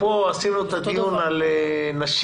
כאן קיימנו את הדיון על נשים.